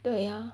对呀